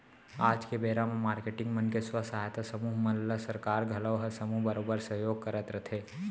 आज के बेरा म मारकेटिंग मन के स्व सहायता समूह मन ल सरकार घलौ ह समूह बरोबर सहयोग करत रथे